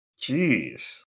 jeez